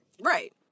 Right